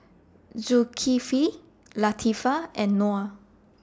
Zulkifli Latifa and Noh